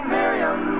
Miriam